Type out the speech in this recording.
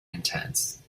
intense